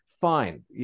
Fine